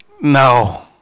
No